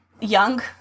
young